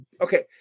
Okay